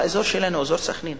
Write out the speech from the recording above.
באזור סח'נין: